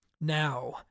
Now